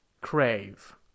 Crave